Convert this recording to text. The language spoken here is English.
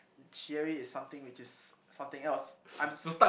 theory is something which is something else I'm